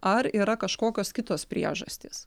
ar yra kažkokios kitos priežastys